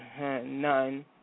None